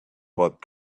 but